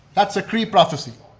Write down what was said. that's a cree prophecy.